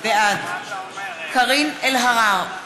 בעד קארין אלהרר,